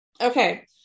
Okay